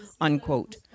unquote